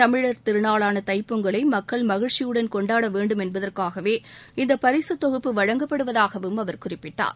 தமிழா் திருநாளான தைப்பொங்கலை மக்கள் மகிழ்ச்சியுடன் கொண்டாட வேண்டும் என்பதற்காகவே இந்த பரிசுத் தொகுப்பு வழங்கப்படுவதாகவும் அவர் குறிப்பிட்டார்